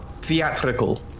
theatrical